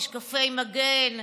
משקפי מגן,